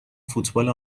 فوتبال